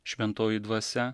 šventoji dvasia